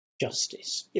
justice